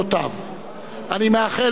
אני מאחל לכל בני אברהם,